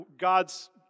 God's